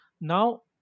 Now